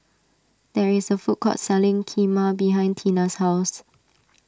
there is a food court selling Kheema behind Teena's house